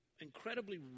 incredibly